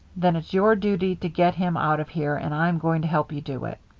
then it's your duty to get him out of here, and i'm going to help you do it.